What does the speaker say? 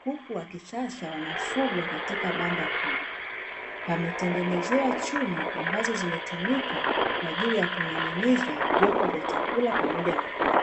Kuku wa kisasa wanafugwa katika banda kubwa, pametengenezewa chuma ambazo zimetumika kwa ajili ya kuning'iniza vyombo vya chakula pamoja na maji,